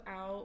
out